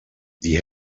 die